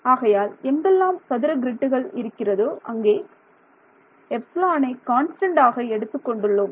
ஆகையால் எங்கெல்லாம் சதுர கிரிட்டுகள் இருக்கிறதோ அங்கே εனை கான்ஸ்டன்ட் ஆக எடுத்துக் கொண்டுள்ளோம்